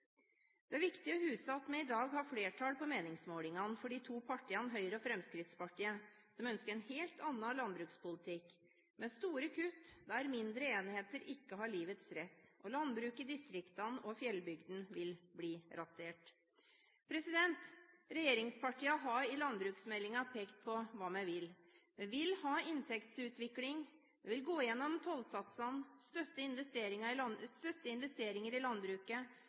Det er viktig å huske at vi i dag har flertall på meningsmålingene. De to partiene Høyre og Fremskrittspartiet ønsker en helt annen landbrukspolitikk – med store kutt, der mindre enheter ikke har livets rett, og der landbruket i distriktene og i fjellbygdene vil bli rasert. Regjeringspartiene har i landbruksmeldingen pekt på hva vi vil. Vi vil ha inntektsutvikling, vi vil gå igjennom tollsatsene, støtte investeringer i landbruket